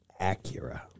Acura